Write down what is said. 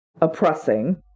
oppressing